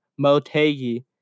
Motegi